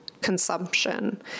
consumption